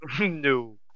No